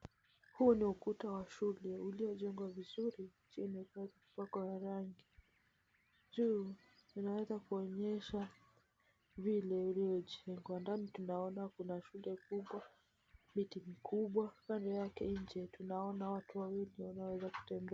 Huu ni ukuta wa shule uliyo jengwa vizuri chini uweza kupakwa rangi. Juu unaweza kuonyesha vile iliyo jengwa ndani tunaona kuna shule kubwa, miti mikubwa kando yake nje tunaona watu wawili wanaweza kutembea.